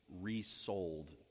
resold